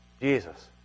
Jesus